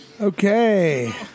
Okay